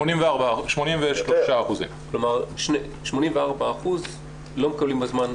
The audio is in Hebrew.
84% לא מקבלים בזמן,